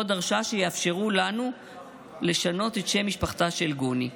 דרשה שיאפשרו לה לשנות את שם משפחתה של גוני.